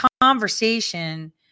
conversation